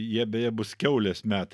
jie beje bus kiaulės metai